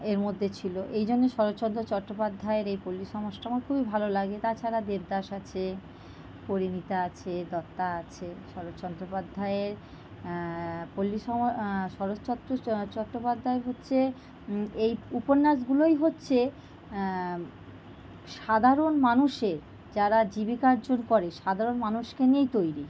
এর মধ্যে ছিল এই জন্যে শরৎচন্দ্র চট্টোপাধ্যায়ের এই পল্লীসমাজটা আমার খুবই ভালো লাগে তাছাড়া দেবদাস আছে পরিণীতা আছে দত্তা আছে শরৎচন্দ্র পাধ্যায়ের পল্লীসমা শরৎচত্ত চ চট্টোপাধ্যায় হচ্ছে এই উপন্যাসগুলোই হচ্ছে সাধারণ মানুষের যারা জীবিকা অর্জন করে সাধারণ মানুষকে নিয়েই তৈরি